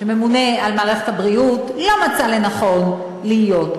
שממונה על מערכת הבריאות, לא מצא לנכון להיות.